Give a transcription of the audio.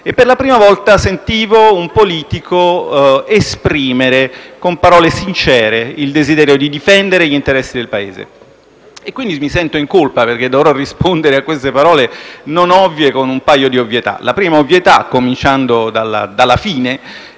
Per la prima volta sentivo un politico esprimere, con parole sincere, il desiderio di difendere gli interessi del Paese. Mi sento in colpa, quindi, perché dovrò rispondere a queste parole non ovvie con un paio di ovvietà. La prima ovvietà, cominciando dalla fine,